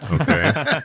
Okay